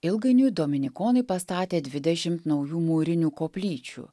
ilgainiui dominikonai pastatė dvidešimt naujų mūrinių koplyčių